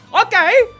Okay